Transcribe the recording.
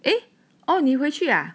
eh orh 你会去呀